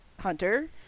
hunter